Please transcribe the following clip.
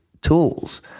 tools